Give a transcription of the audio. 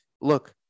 look